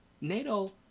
NATO